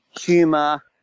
humor